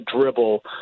dribble